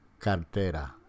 Cartera